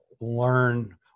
learn